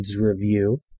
review